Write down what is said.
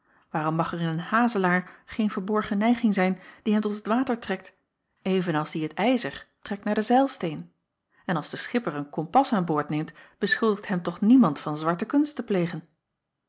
aarom mag er in een hazelaar geen verborgen neiging zijn die hem tot het water trekt even als die het ijzer trekt naar den zeilsteen n als de schipper een kompas aan boord neemt beschuldigt hem toch niemand van zwarte kunst te plegen